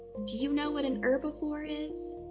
do you know what an herbivore is?